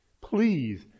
Please